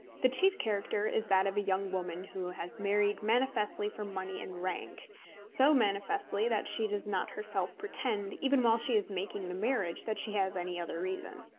the chief character is that of a young woman who has married manifestly for money and rank so manifestly that she does not herself pretend, even while she is making the marriage, that she has any other reason.